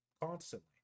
Constantly